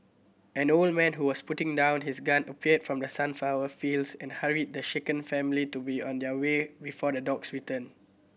an old man who was putting down his gun appeared from the sunflower fields and hurried the shaken family to be on their way before the dogs return